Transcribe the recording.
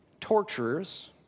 torturers